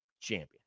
champion